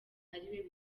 ariwe